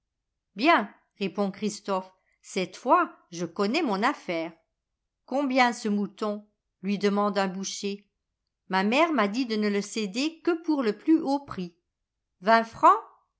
bien répond christophe cette fois je connais mon afifaire combien ce mouton lui demande un boucher ma mère m'a dit de ne le céder que pour le plus haut prix